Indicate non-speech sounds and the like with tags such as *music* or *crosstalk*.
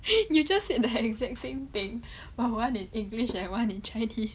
*laughs* you just in the exact same thing *breath* but one in english and one in chinese